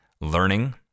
learning